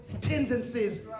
tendencies